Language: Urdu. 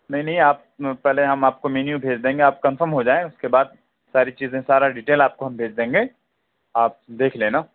نہیں نہیں آپ پہلے ہم آپ کو مینیو بھیج دیں گے آپ کنفرم ہو جائیں اُس کے بعد ساری چیزیں سارا ڈیٹیل ہم آپ کو بھیج دیں گے آپ دیکھ لینا